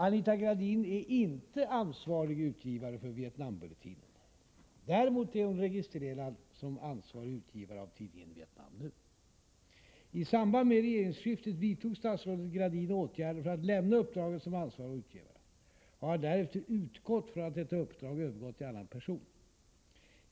Anita Gradin är inte ansvarig utgivare för Vietnambulletinen. Däremot är hon registrerad som ansvarig utgivare av tidningen Vietnam nu. I samband med regeringsskiftet vidtog statsrådet Gradin åtgärder för att lämna uppdraget som ansvarig utgivare och har därefter utgått från att detta uppdrag övergått till annan person.